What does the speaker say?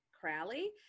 Crowley